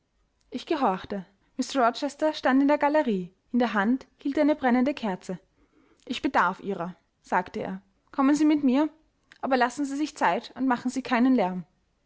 ich gehorchte mr rochester stand in der galerie in der hand hielt er eine brennende kerze ich bedarf ihrer sagte er kommen sie mit mir aber lassen sie sich zeit und machen sie keinen lärm